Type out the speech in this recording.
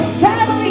family